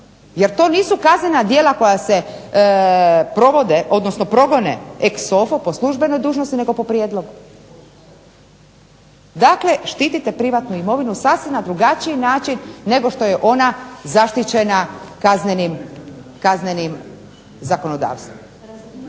jer to nisu kaznena djela koja se progone ex offo po službenoj dužnosti nego po prijedlogu. Dakle, štite privatnu imovinu na sasvim drugačiji način nego što je ona zaštićena kaznenim zakonodavstvom.